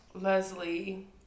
Leslie